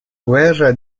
guerra